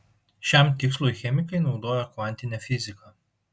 šiam tikslui chemikai naudojo kvantinę fiziką